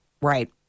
Right